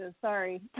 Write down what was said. Sorry